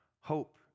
Hope